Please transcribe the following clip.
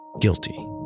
guilty